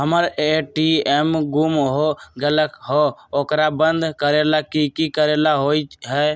हमर ए.टी.एम गुम हो गेलक ह ओकरा बंद करेला कि कि करेला होई है?